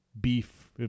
beef